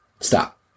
stop